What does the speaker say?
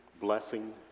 blessing